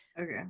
okay